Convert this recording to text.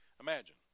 imagine